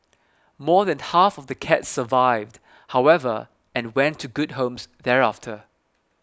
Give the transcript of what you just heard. more than half of the cats survived however and went to good homes thereafter